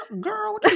girl